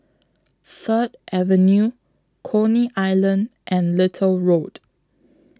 Third Avenue Coney Island and Little Road